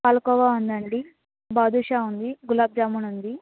పాలకోవా ఉందండి బాదుషా ఉంది గులాబ్ జామున్ ఉంది